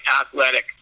athletic